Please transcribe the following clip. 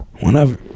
Whenever